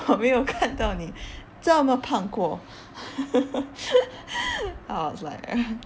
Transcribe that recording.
我没有看到你这么胖过 I was like